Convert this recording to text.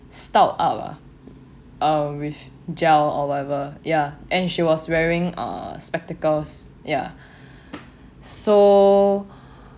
styled up uh with gel or whatever yeah and she was wearing a spectacles yeah so